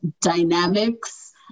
dynamics